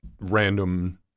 random